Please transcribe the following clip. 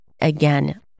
Again